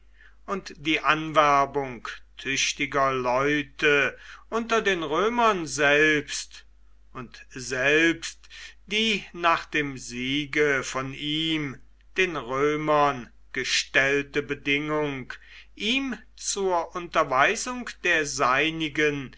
und die anwerbung tüchtiger leute unter den römern selbst und selbst die nach dem siege von ihm den römern gestellte bedingung ihm zur unterweisung der seinigen